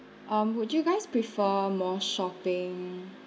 um would you guys prefer more shopping